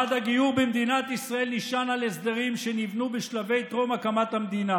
מעמד הגיור במדינת ישראל נשען על הסדרים שנבנו בשלבי טרום הקמת המדינה,